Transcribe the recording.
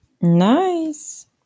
Nice